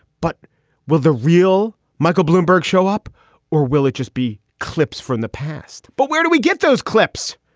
but will the real michael bloomberg show up or will it just be clips from the past? but where do we get those clips?